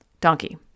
Donkey